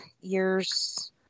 years